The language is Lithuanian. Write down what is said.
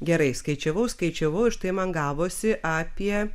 gerai skaičiavau skaičiavau ir štai man gavosi apie